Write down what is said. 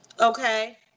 Okay